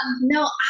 No